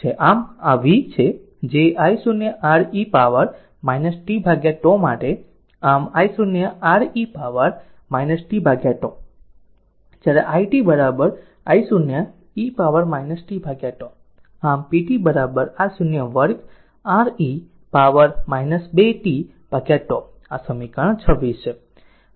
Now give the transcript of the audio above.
આમ આ V છે જે I0 R e power t τ માટે આમ I0 R e power t τ જ્યારે i t I0 e power t τ આમ p t I0 વર્ગ R e પાવર 2 t τ આ સમીકરણ 26 છે